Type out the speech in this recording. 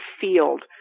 field